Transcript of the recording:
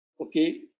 okay